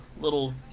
little